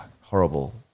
horrible